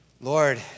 Lord